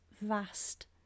vast